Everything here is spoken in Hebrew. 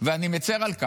אני מצר על כך,